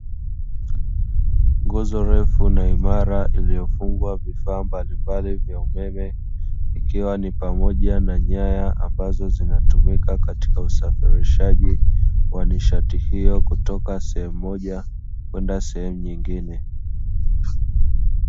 Nguzo ndefu na imara iliyofungwa vifaa mbalimbali vya umeme, ikiwa ni pamoja na nyaya, ambazo zinatumika katika usafirishaji wa nishati hiyo kutoka sehemu moja kwenda sehemu nyingine.